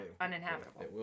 uninhabitable